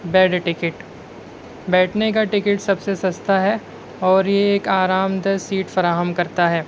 bed ticket بیٹھنے کا ticket سب سے سَستا ہے اور یہ ایک آرام دہ سیٹ فراہم کرتا ہے